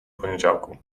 poniedziałku